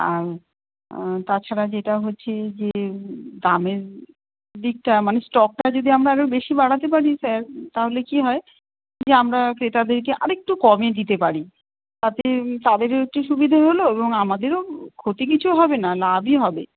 আর তাছাড়া যেটা হচ্ছে যে দামের দিকটা মানে স্টকটা যদি আমরা আরও বেশি বাড়াতে পারি স্যার তাহলে কি হয় যে আমরা ক্রেতাদেরকে আরেকটু কমে দিতে পারি তাতে তাদেরও একটু সুবিধে হলো এবং আমাদেরও ক্ষতি কিছু হবে না লাভই হবে